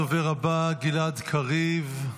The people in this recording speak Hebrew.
הדובר הבא גלעד קריב,